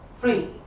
free